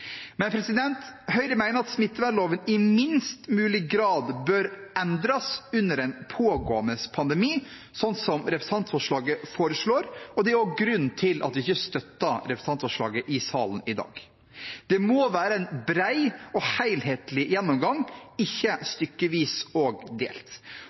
Men Høyre mener at smittevernloven i minst mulig grad bør endres under en pågående pandemi, slik som representantforslaget foreslår. Det er også grunnen til at vi ikke støtter representantforslaget i salen i dag. Det må være en bred og helhetlig gjennomgang, ikke stykkevis og delt.